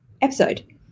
episode